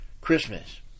Christmas